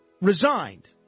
resigned